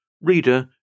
Reader